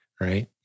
right